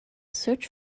search